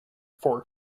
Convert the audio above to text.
for